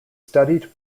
studied